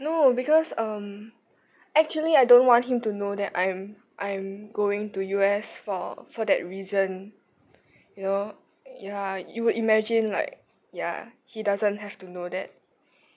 no because um actually I don't want him to know that I am I am going to U_S for for that reason you know ya you would imagine like ya he doesn't have to know that